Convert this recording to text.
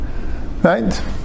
Right